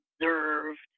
observed